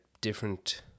different